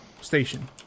station